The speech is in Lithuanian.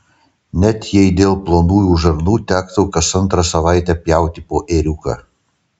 net jei dėl plonųjų žarnų tektų kas antrą savaitę pjauti po ėriuką